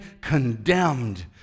condemned